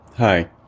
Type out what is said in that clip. Hi